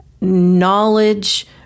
knowledge